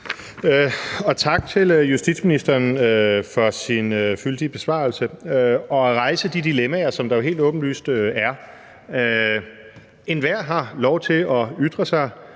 tak til justitsministeren for sin fyldige besvarelse og for at rejse de dilemmaer, som der helt åbenlyst er. Enhver har lov til at ytre sig